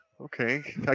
Okay